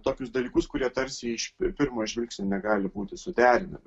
tokius dalykus kurie tarsi iš pirmo žvilgsnio negali būti suderinami